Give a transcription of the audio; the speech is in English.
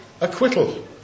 acquittal